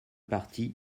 parti